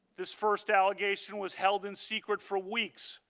this first allegation was held in secret for weeks.